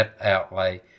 outlay